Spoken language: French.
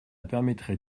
permettrait